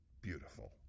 beautiful